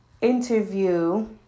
interview